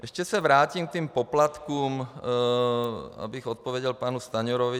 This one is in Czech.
Ještě se vrátím k těm poplatkům, abych odpověděl panu Stanjurovi.